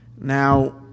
now